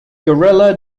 guerrilla